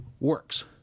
works